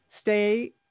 stay